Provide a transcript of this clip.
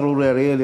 השר אורי אריאל,